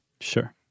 Sure